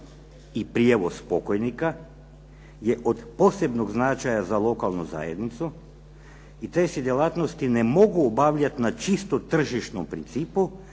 i prijevoz pokojnika je od posebnog značaja za lokalnu zajednicu i te se djelatnost ne mogu obavljati na čisto tržišnom principu